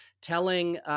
telling